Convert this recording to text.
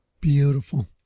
Beautiful